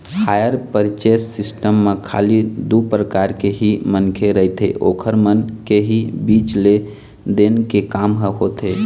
hire purchase system म खाली दू परकार के ही मनखे रहिथे ओखर मन के ही बीच लेन देन के काम ह होथे